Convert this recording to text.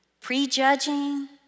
prejudging